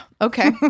okay